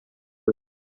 him